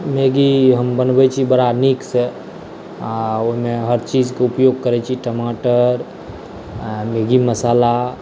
Maggi हम बनबै छी बरा नीक सऽ आ ओहिमे हरचीज के उपयोग करै छी टमाटर मैगी मशाला